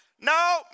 No